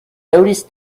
noticed